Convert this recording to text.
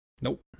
Nope